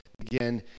again